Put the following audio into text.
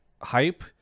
hype